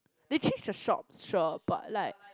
they keep the shops sure but like